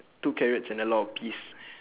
two carrots and a lot of peas